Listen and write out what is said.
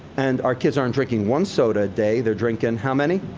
and our kids aren't drinking one soda a day. they're drinking how many?